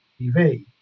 TV